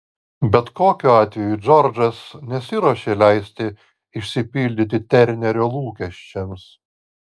bet kokiu atveju džordžas nesiruošė leisti išsipildyti ternerio lūkesčiams